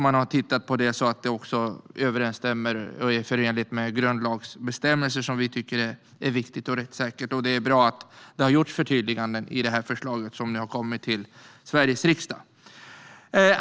Man har tittat på det så att det överensstämmer och är förenligt med grundlagsbestämmelser, något som vi tycker är viktigt och rättssäkert. Det är bra att det har gjorts förtydliganden i förslaget som nu har kommit till Sveriges riksdag.